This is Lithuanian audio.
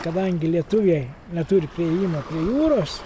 kadangi lietuviai neturi priėjimo prie jūros